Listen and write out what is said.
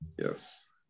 Yes